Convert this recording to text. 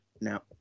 Now